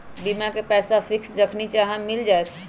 बीमा के पैसा फिक्स जखनि चाहम मिल जाएत?